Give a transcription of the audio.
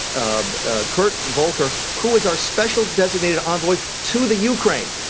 um ah kurt volker, who is our special designated envoy to the ukraine.